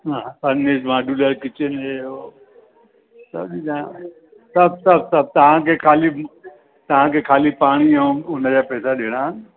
हा सभु modular kitchen हे हो सभु ॾींदा आहियूं सभु सभु सभु तव्हां खे ख़ाली तव्हां खे ख़ाली पाणी ऐं उनजा पैसा ॾियणा आहिनि